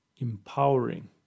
empowering